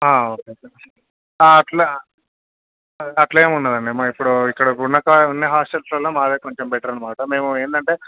okay అట్ల అట్ల ఏముండదు అండి మాకు ఇప్పుడు ఇక్కడ ఉన్న హాస్టల్స్లో మావే కొంచెం బెటర్ అన్నమాట మేము ఏమిటి అంటే